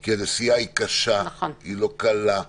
כי הנסיעה היא קשה, היא לא קלה,